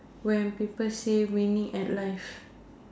when people say winning at life